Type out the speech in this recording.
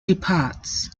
departs